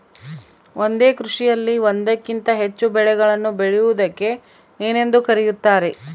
ಒಂದೇ ಕೃಷಿಭೂಮಿಯಲ್ಲಿ ಒಂದಕ್ಕಿಂತ ಹೆಚ್ಚು ಬೆಳೆಗಳನ್ನು ಬೆಳೆಯುವುದಕ್ಕೆ ಏನೆಂದು ಕರೆಯುತ್ತಾರೆ?